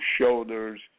shoulders